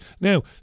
Now